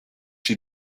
she